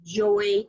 joy